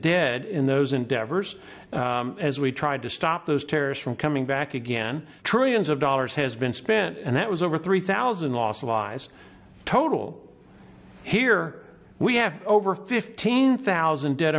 dead in those endeavors as we tried to stop those tears from coming back again trillions of dollars has been spent and that was over three thousand lost lives total here we have over fifteen thousand dead